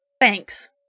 Thanks